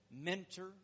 mentor